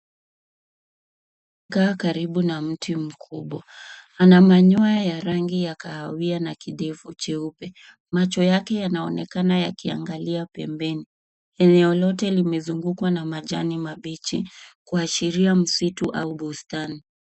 Kaa karibu na mti mkubwa. Ana manyoya ya rangi ya kahawia na kidevu cheupe. Macho yake yanaonekana yakiangalia pembeni. Eneo lote limezungukwa na majani mabichi, kuashiria msitu au bustani.